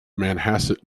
manhasset